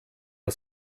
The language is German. der